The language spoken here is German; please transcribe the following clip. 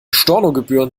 stornogebühren